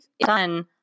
done